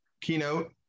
keynote